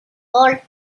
lord